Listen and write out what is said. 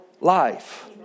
life